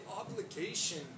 obligation